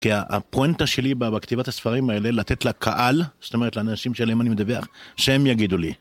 כי הפואנטה שלי בכתיבת הספרים האלה, לתת לקהל, זאת אומרת לאנשים שאליהם אני מדבר, שהם יגידו לי.